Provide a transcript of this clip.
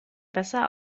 besser